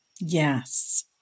Yes